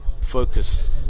focus